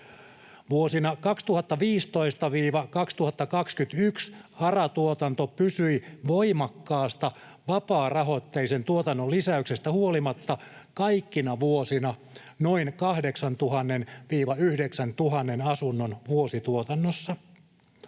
Vuosina 2015—2021 ARA-tuotanto pysyi voimakkaasta vapaarahoitteisen tuotannon lisäyksestä huolimatta kaikkina vuosina noin 8 000—9 000 asunnon vuosituotannossa.